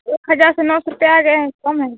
एक हजार से नौ सौ रुपये आ गए हैं कम है